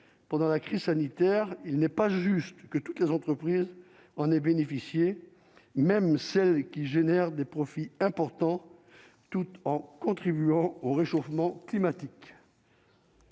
pendant la crise sanitaire, il n'est pas juste que toutes les entreprises en ait bénéficié, même celles qui génèrent des profits importants toute en contribuant au réchauffement climatique.